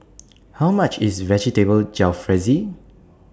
How much IS Vegetable Jalfrezi